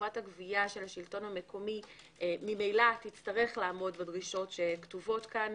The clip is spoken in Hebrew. חברת הגבייה של השלטון המקומי ממילא תצטרך לעמוד בדרישות שקבועות פה.